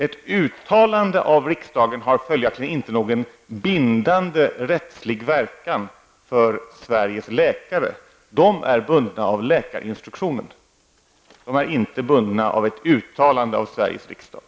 Ett uttalande av riksdagen har följaktligen inte någon bindande rättslig verkan för Sveriges läkare. De är bundna av läkarinstruktionen, de är inte bundna av ett uttalande av Sveriges riksdag.